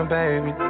baby